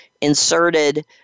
inserted